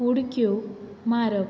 उडक्यो मारप